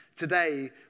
today